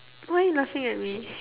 why you laughing at me